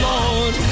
Lord